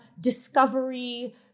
discovery